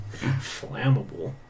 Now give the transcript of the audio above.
Flammable